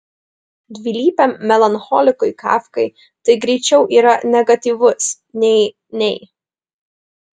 dvilypiam melancholikui kafkai tai greičiau yra negatyvusis nei nei